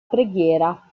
preghiera